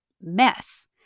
mess